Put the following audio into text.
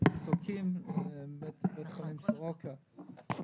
מסוקים לבית חולים סורוקה.